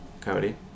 Cody